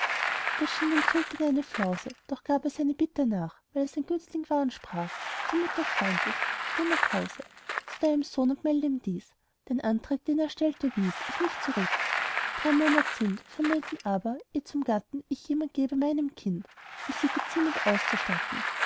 dem sultan eine flause doch gab er seiner bitte nach weil er sein günstling war und sprach zur mutter freundlich geh nach hause zu deinem sohn und meld ihm dies den antrag den er stellte wies ich nicht zurück drei monat sind vonnöten aber eh zum gatten ich jemand gebe meinem kind um sie geziemend auszustatten